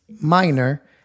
minor